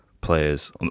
players